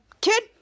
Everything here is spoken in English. kid